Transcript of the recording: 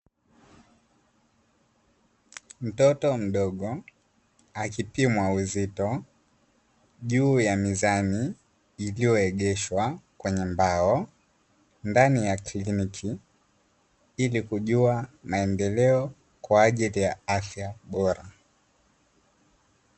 Mtoto mdogo akipimwa uzito juu ya mizani iliyoegeshwa kwenye mbao ndani ya kliniki, ili kujua maendekeo kwa ajili ya afya bora.